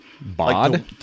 Bod